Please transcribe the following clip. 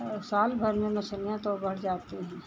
और साल भर में मछलियाँ तो बढ़ जाती हैं